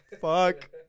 Fuck